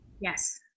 Yes